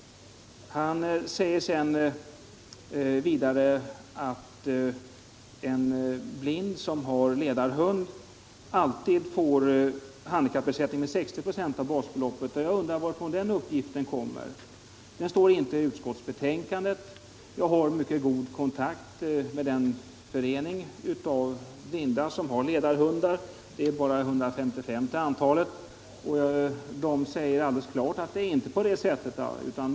Han säger vidare att en blind som har ledarhund alltid får handikappersättning, nämligen 60 96 av basbeloppet. Jag undrar varifrån den uppgiften kommer. Den står i varje fall inte i utskottsbetänkandet. Jag har en mycket god kontakt med den förening av blinda som har ledarhundar. Antalet i den föreningen är bara 155. Där säger man att det alldeles klart inte är på det sättet.